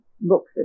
books